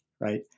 right